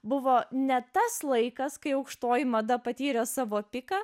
buvo ne tas laikas kai aukštoji mada patyrė savo piką